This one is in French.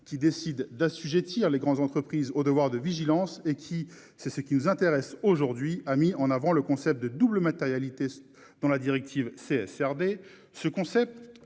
Qui décide d'assujettir les grandes entreprises au devoir de vigilance. Et qui c'est ce qui nous intéresse aujourd'hui a mis en avant le concept de double matérialité. Dans la directive c'est SRD ce concept